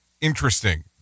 interesting